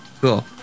Cool